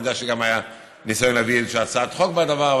אני יודע שגם היה ניסיון להביא איזו הצעת חוק בדבר.